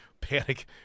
Panic